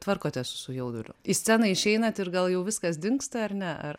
tvarkotės su jauduliu į sceną išeinat ir gal jau viskas dingsta ar ne ar